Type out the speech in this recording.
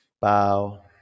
bow